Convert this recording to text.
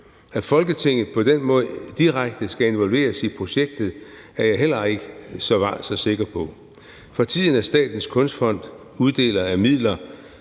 At Folketinget på den måde direkte skal involveres i projektet, er jeg heller ikke så sikker på. For tiden er Statens Kunstfond uddeler af midler